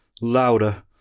louder